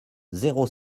zéro